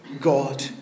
God